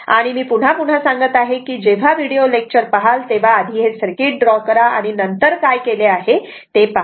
आणि मी पुन्हा पुन्हा सांगत आहे की जेव्हा हे व्हिडीओ लेक्चर पहाल तेव्हा आधी हे सर्किट ड्रॉ करा आणि नंतर काय केले आहे ते पहा